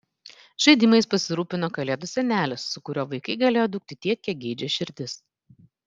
žaidimais pasirūpino kalėdų senelis su kuriuo vaikai galėjo dūkti tiek kiek geidžia širdis